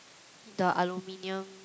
the aluminium